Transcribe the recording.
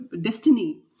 destiny